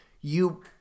You-